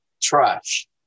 trash